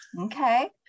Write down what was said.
Okay